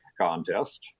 contest